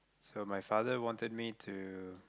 so my father wanted me to